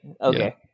Okay